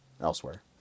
elsewhere